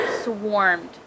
swarmed